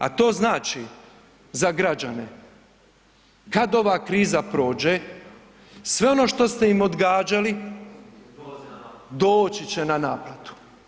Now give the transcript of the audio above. A to znači za građane kad ova kriza prođe, sve ono što ste im odgađali doći će na naplatu.